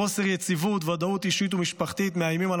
חוסר יציבות וודאות אישית ומשפחתית מאיימים על